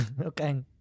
Okay